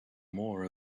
more